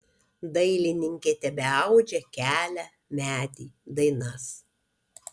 dailininkė tebeaudžia kelią medį dainas